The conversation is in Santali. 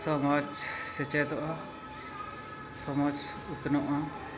ᱥᱚᱢᱟᱡᱽ ᱥᱮᱪᱮᱫᱚᱜᱼᱟ ᱥᱚᱢᱟᱡᱽ ᱩᱛᱱᱟᱹᱜᱼᱟ